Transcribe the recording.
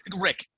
Rick